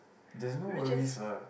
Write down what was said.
that is no worries what